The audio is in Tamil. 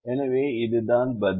எனவே இதுதான் பதில்